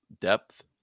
depth